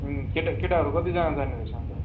केटा केटाहरू कतिजना जाने रहेछ अनि त